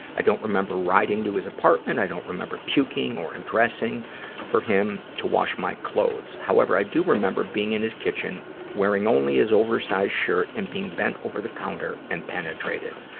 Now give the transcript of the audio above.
i don't remember riding to his apartment. i don't remember puking or undressing for him to wash my clothes. however, i do remember being in his kitchen wearing only his oversized shirt and being bent over the counter and penetrated.